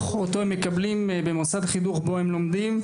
שאותו מקבלים במוסד חינוך בו הם לומדים.